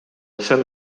sel